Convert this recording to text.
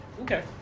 Okay